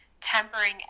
tempering